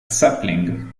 sapling